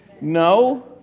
no